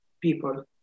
people